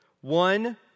One